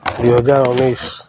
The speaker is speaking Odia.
ଦୁଇ ହଜାର ଉଣେଇଶି